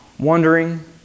Wondering